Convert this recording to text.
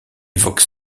évoque